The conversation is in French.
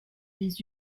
des